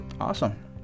awesome